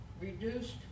reduced